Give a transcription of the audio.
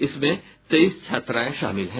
इसमें तेईस छात्राएं शामिल हैं